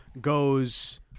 goes